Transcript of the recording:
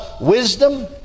wisdom